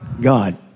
God